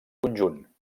conjunt